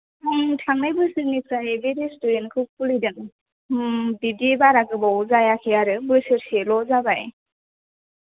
आं थांनाय बोसोरनिफ्राय बे रेस्टुरेन्टखौ खुलिदों बिदि बारा गोबाव जायाखै आरो बोसोरसेल' जाबाय